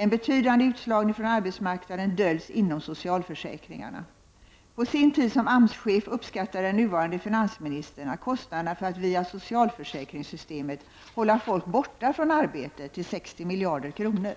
En betydande utslagning från arbetsmarknaden döljs inom socialförsäkringarna. På sin tid som AMS-chef upp skattade den nuvarande finansministern kostnaderna för att via socialförsäkringssystemet hålla folk borta från arbete till 60 miljarder kronor.